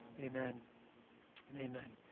amen and amen.